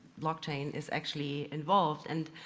blockchain is actually involved. and